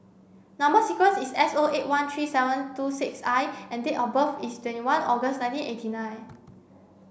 number sequence is S O eight one three seven two six I and date of birth is twenty one August nineteen eighty nine